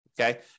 Okay